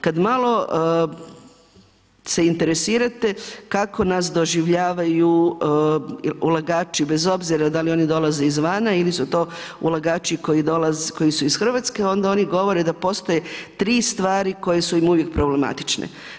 Kada se malo interesirate kako nas doživljavaju ulagači bez obzira da li oni dolaze izvana ili su to ulagači koji su iz Hrvatske onda oni govore da postoje tri stvari koje su im uvijek problematične.